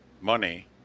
money